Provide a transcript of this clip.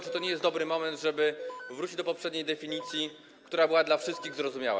Czy to nie jest dobry moment, żeby wrócić do poprzedniej definicji, która była dla wszystkich zrozumiała?